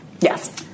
yes